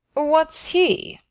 what's he?